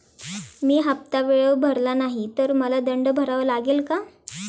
मी हफ्ता वेळेवर भरला नाही तर मला दंड भरावा लागेल का?